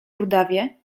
rudawie